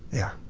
yeah.